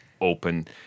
open